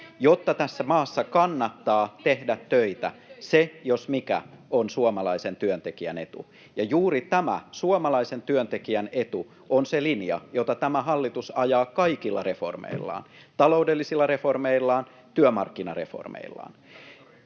jotta tässä maassa kannattaa tehdä töitä. Se, jos mikä, on suomalaisen työntekijän etu. Ja juuri tämä, suomalaisen työntekijän etu, on se linja, jota tämä hallitus ajaa kaikilla reformeillaan — taloudellisilla reformeillaan, työmarkkinareformeillaan.